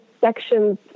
sections